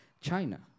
China